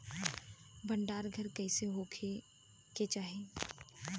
भंडार घर कईसे होखे के चाही?